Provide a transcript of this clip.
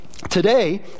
Today